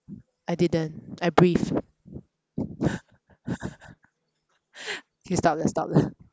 I didn't I breathe K stop let's stop